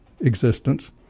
existence